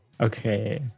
Okay